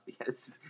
Yes